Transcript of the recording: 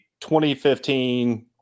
2015